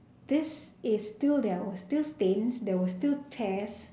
this is still there were still stains there were still tears